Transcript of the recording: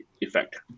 effect